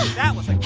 that was a